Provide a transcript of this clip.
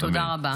תודה רבה.